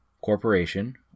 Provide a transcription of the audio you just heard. corporation